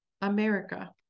America